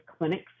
clinics